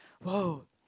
!whoa!